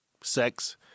sex